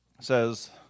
says